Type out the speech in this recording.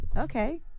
Okay